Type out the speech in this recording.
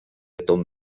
ton